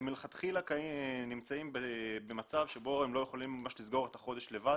מלכתחילה נמצאים במצב שבו הם לא יכולים לסגור את החודש לבד,